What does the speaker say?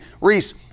Reese